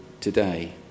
today